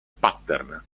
pattern